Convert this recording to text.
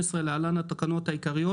התשע"ב-2012 (להלן התקנות העיקריות),